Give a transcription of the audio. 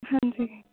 ਹਾਂਜੀ